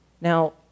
Now